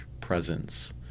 presence